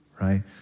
Right